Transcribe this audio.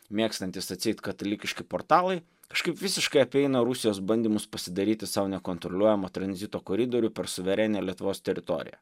mėgstantys atseit katalikiški portalai kažkaip visiškai apeina rusijos bandymus pasidaryti sau nekontroliuojamo tranzito koridorių per suverenią lietuvos teritoriją